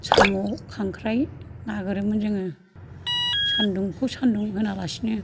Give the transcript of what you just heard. साम' खांख्राय नागिरोमोन जोङो सान्दुंखौ सान्दुं होनालासिनो